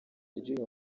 ry’uyu